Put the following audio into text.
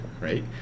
right